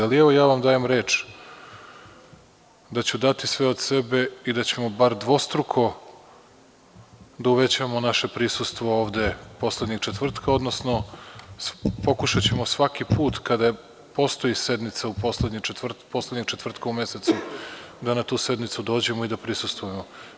Ali evo, ja vam dajem reč da ću dati sve od sebe i da ćemo bar dvostruko da uvećamo naše prisustvo ovde poslednjeg četvrtka, odnosno pokušaćemo svaki put kada postoji sednica poslednjeg četvrtka u mesecu da na tu sednicu dođemo i da prisustvujemo.